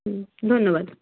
হুম ধন্যবাদ